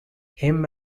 him